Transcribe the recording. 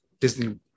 Disney